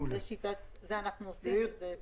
את זה אנחנו עושים ופתרנו.